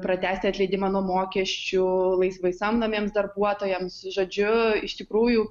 pratęsti atleidimą nuo mokesčių laisvai samdomiems darbuotojams žodžiu iš tikrųjų